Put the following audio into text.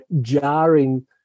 jarring